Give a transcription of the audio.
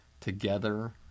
Together